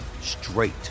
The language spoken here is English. straight